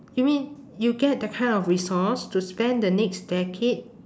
you mean you get the kind of resource to spend the next decade